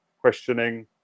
questioning